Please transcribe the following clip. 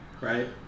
Right